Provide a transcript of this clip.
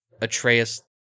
Atreus